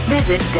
Visit